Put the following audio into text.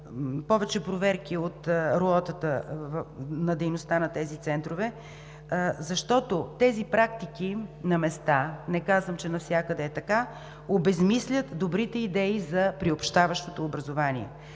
по образованието на дейността на тези центрове, защото тези практики на места, не казвам, че навсякъде е така, обезсмислят добрите идеи за приобщаващото образование.